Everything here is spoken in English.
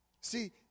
See